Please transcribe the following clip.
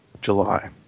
July